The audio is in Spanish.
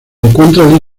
encuentra